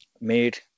made